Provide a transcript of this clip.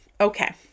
Okay